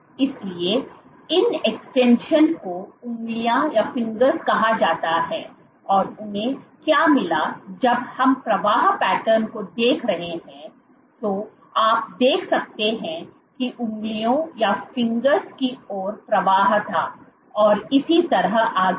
इसलिए इन एक्सटेंशन को उंगलियां कहा जाता है और उन्हें क्या मिला जब हम प्रवाह पैटर्न को देख रहे हैं तो आप देख सकते हैं कि उंगलियों की ओर प्रवाह था और इसी तरह आगे भी